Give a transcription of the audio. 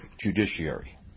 judiciary